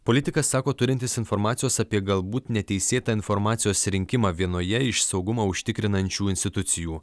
politikas sako turintis informacijos apie galbūt neteisėtą informacijos rinkimą vienoje iš saugumą užtikrinančių institucijų